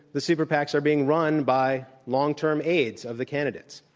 the super pacs are being run by long-term aides of the candidates,